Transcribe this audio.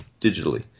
digitally